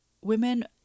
women